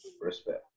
Respect